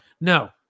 No